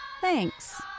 Thanks